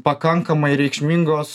pakankamai reikšmingos